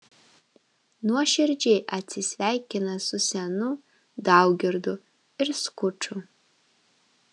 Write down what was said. nuoširdžiai atsisveikina su senu daugirdu ir skuču